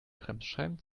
bremsscheiben